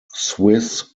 swiss